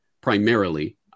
primarily